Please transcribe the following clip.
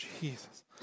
Jesus